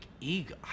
ego